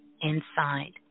Inside